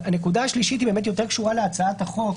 הנקודה השלישית היא יותר קשורה להצעת החוק,